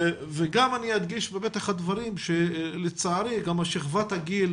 אדגיש גם בפתח הדברים שלצערי שכבת הגיל